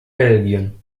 belgien